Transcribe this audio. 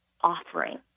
offering